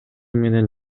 менен